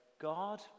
God